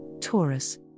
Taurus